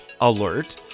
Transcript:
Alert